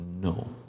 no